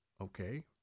okay